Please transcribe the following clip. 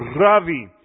Ravi